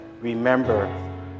Remember